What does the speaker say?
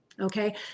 Okay